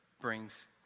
Brings